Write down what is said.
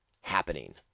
happening